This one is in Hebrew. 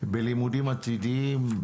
בלימודים עתידיים,